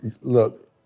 Look